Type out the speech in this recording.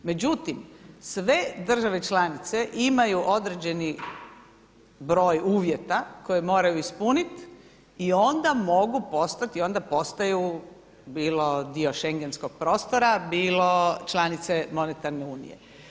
Međutim, sve države članice imaju određeni broj uvjeta koje moraju ispuniti i onda mogu postati i onda postaju bilo dio schengenskog prostora bilo članice Monetarne unije.